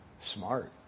Smart